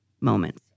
moments